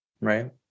Right